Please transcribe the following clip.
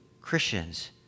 Christians